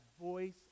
voice